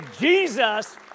Jesus